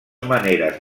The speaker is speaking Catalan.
maneres